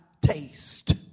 taste